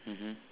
mmhmm